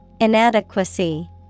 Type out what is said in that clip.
Inadequacy